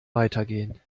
weitergehen